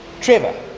Trevor